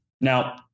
Now